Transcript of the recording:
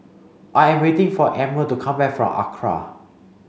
I am waiting for Emmer to come back from ACRA